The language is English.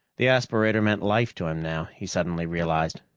the aspirator meant life to him now, he suddenly realized.